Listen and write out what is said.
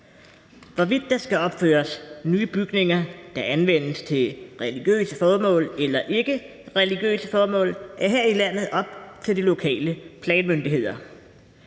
Hvorvidt der skal opføres nye bygninger, der anvendes til religiøse formål eller ikkereligiøse formål, er her i landet op til de lokale planmyndigheder.